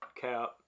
cap